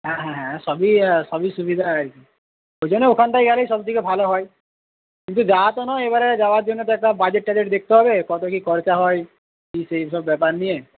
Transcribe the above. হ্যাঁ হ্যাঁ হ্যাঁ সবই সবই সুবিধা আর কি ওইজন্য ওখানটায় গেলে সবথেকে ভালো হয় কিন্তু যাওয়া তো নয় এবারে যাওয়ার জন্যে তো একটা বাজেট টাজেট দেখতে হবে কত কি খরচা হয় কি সেই সব ব্যাপার নিয়ে